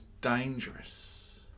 dangerous